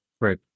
Right